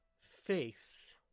face